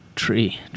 Tree